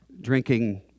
drinking